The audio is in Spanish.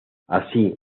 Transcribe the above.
así